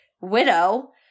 widow